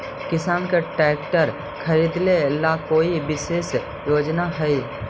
किसान के ट्रैक्टर खरीदे ला कोई विशेष योजना हई?